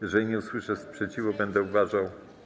Jeżeli nie usłyszę sprzeciwu, będę uważał.